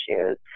issues